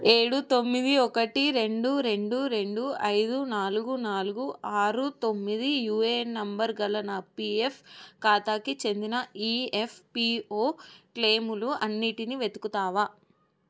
ఏడు తొమ్మిది ఒకటి రెండు రెండు రెండు ఐదు నాలుగు నాలుగు ఆరు తొమ్మిది యుఏఎన్ నంబరుగల నా పిఎఫ్ ఖాతాకి చెందిన ఈఎఫ్పిఓ క్లెయిములు అన్నిటినీ వెతుకుతావా